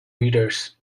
readers